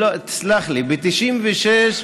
ב-1996,